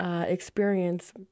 experience